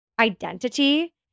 identity